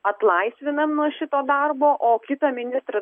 atlaisvinam nuo šito darbo o kitą ministrą